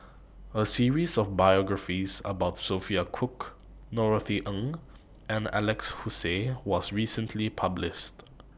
A series of biographies about Sophia Cooke Norothy Ng and Alex Josey was recently published